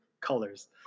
colors